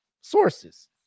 sources